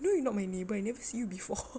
no you not my neighbour I never see you before